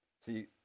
See